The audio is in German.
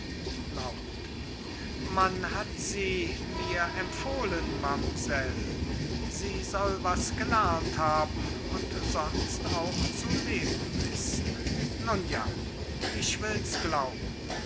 man hat sie mir empfohlen mamsell sie soll was gelernt haben und sonst auch zu leben wissen nun ja ich will's glauben auch